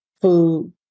food